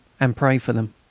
and pray for them.